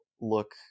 look